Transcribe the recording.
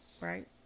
right